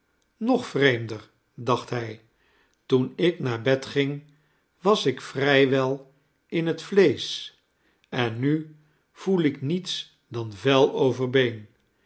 nog vreemder dacht hij toen ik naar bed ging was ik vrij wel in het vleesch en nu voel ik niets dan vel